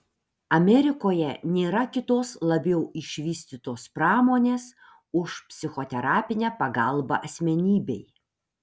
amerikoje nėra kitos labiau išvystytos pramonės už psichoterapinę pagalbą asmenybei